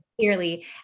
clearly